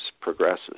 progresses